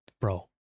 Bro